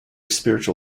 spiritual